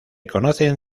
conocen